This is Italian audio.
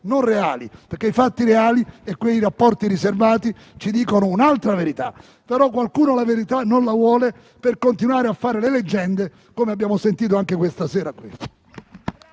non reali. Infatti, i fatti reali e quei rapporti riservati dicono un'altra verità, che però qualcuno non vuole ascoltare per continuare a fare le leggende, come abbiamo sentito anche questa sera